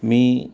मी